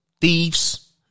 Thieves